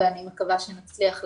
ואני מקווה שנצליח לעשות.